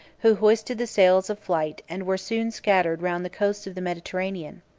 who hoisted the sails of flight, and were soon scattered round the coasts of the mediterranean.